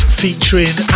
featuring